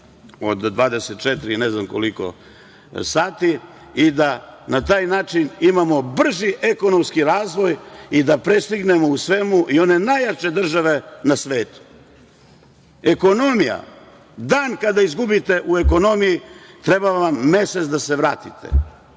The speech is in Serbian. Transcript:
od 24 i ne znam koliko sati i da na taj način imamo brži ekonomski razvoj i da prestignemo u svemu i one najjače države na svetu. Ekonomija, dan kad izgubite u ekonomiji, treba vam mesec da se vratite.